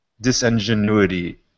disingenuity